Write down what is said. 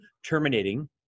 Terminating